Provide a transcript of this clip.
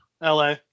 LA